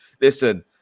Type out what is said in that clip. listen